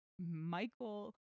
Michael